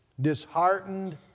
disheartened